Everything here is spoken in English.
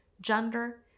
gender